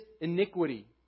iniquity